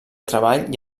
treball